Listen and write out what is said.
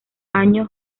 año